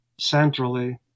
centrally